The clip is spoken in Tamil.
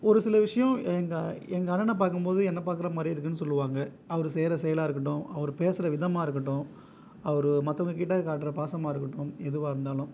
ஒருசில விஷியம் எங்கள் எங்கள் அண்ணனை பார்க்கும் போது என்ன பார்க்குற மாதிரியே இருக்குன்னு சொல்லுவாங்க அவர் செய்கிற செயலாக இருக்கட்டும் அவர் பேசுகிற விதமாக இருக்கட்டும் அவர் மற்றவங்கக்கிட்ட காட்டுற பாசமாக இருக்கட்டும் எதுவாக இருந்தாலும்